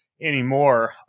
anymore